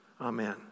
Amen